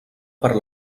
per